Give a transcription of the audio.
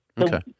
okay